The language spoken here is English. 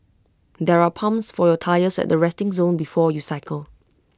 there are pumps for your tyres at the resting zone before you cycle